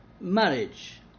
marriage